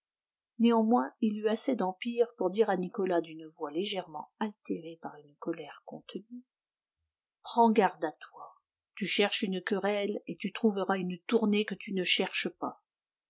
néanmoins il eut assez d'empire pour dire à nicolas d'une voix légèrement altérée par une colère contenue prends garde à toi tu cherches une querelle et tu trouveras une tournée que tu ne cherches pas